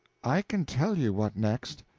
i can tell you what next.